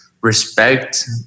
respect